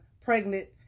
pregnant